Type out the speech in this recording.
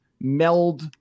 meld